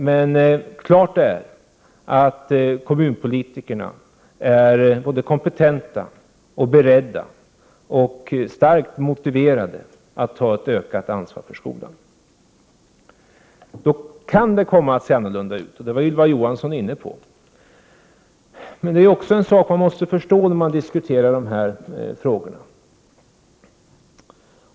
Men klart är att kommunpo litikerna är såväl kompetenta och beredda som starkt motiverade när det Prot. 1988/89:63 gäller att ta ett ökat ansvar för skolan. Det kan alltså komma att se 8 februari 1989 annorlunda ut, vilket även Ylva Johansson var inne på. Detta är också en sak som man måste förstå när man diskuterar dessa frågor.